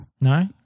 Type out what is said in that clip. No